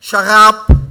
שר"פ,